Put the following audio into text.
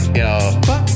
yo